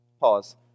Pause